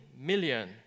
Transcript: million